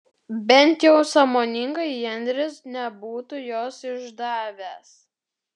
bent jau sąmoningai henris nebūtų jos išdavęs